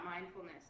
mindfulness